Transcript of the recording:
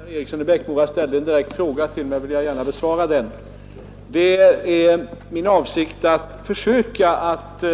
Fru talman! Eftersom herr Eriksson i Bäckmora ställde en direkt fråga till mig vill jag gärna besvara den. Det är min avsikt att försöka att